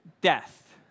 Death